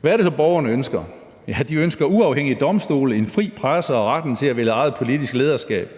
Hvad er det så, borgerne ønsker? Ja, de ønsker uafhængige domstole, en fri presse og retten til at vælge eget politisk lederskab.